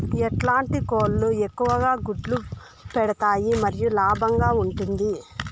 ఎట్లాంటి కోళ్ళు ఎక్కువగా గుడ్లు పెడతాయి మరియు లాభంగా ఉంటుంది?